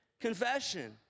Confession